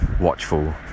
watchful